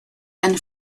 and